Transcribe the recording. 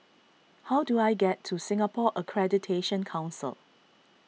how do I get to Singapore Accreditation Council